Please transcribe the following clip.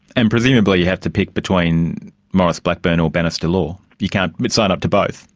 and presumably you have to pick between maurice blackburn or bannister law, you can't sign up to both.